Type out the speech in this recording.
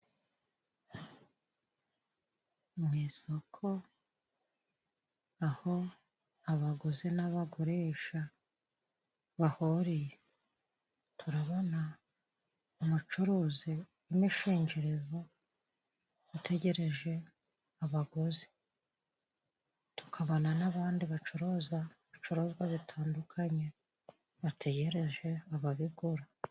Mu isoko aho abaguzi n'abagurisha bahuriye, turabona umucuruzi w'imishingirizo utegereje abaguzi, tukabona n'abandi bacuruza ibicuruzwa bitandukanye bategereje ababigura.